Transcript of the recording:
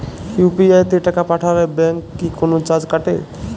UPI তে টাকা পাঠালে ব্যাংক কি কোনো চার্জ কাটে?